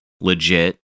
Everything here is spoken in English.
legit